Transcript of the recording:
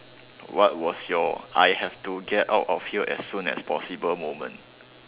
what was your I have to get out of here as soon as possible moment